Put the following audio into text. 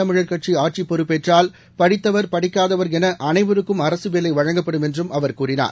தமிழர் கட்சிஆட்சிப் பொறுப்பேற்றால் படித்தவர் படிக்காதவர் எனஅனைவருக்கும் நாம் அரசுவேலைவழங்கப்படும் என்றும் அவர் கூறினார்